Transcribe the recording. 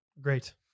Great